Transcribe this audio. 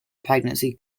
pregnancy